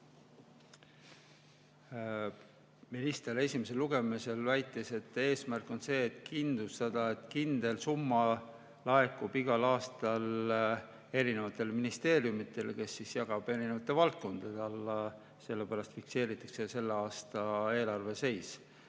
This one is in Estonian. Minister esimesel lugemisel väitis, et eesmärk on kindlustada, et kindel summa laekub igal aastal erinevatele ministeeriumidele, kes siis jagavad selle erinevatele valdkondadele. Sellepärast fikseeritakse selle aasta eelarve seis.